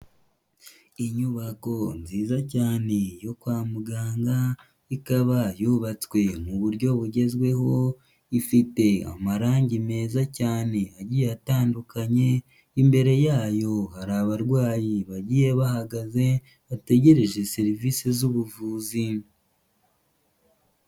Inyubako nziza cyane yo kwa muganga, ikaba yubatswe mu buryo bugezweho, ifite amarangi meza cyane agiye atandukanye. Imbere yayo hari abarwayi bagiye bahagaze bategereje serivisi z'ubuvuzi.